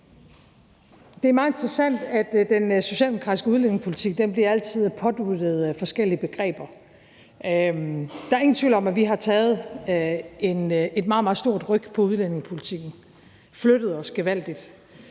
Det er meget interessant, at den socialdemokratiske udlændingepolitik altid bliver påduttet forskellige begreber. Der er ingen tvivl om, at vi har taget et meget, meget stort ryk på udlændingepolitikken og flyttet os gevaldigt.